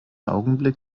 augenblick